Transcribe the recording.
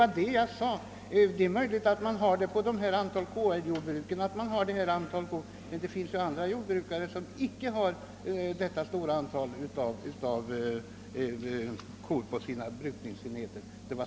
Jag sade också att det är möjligt att man på KR-jordbruken har detta antal kor men att det ju också finns andra jordbrukare som inte har detta stora antal kor på sina brukningsenheter.